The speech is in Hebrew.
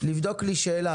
לבדוק שאלה